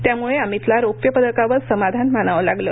त्यामुळे अमितला रौप्यपदकावर समाधान मानावं लागलं